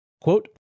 Quote